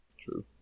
True